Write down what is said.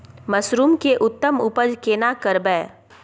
Mushroom के उत्तम उपज केना करबै?